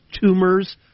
tumors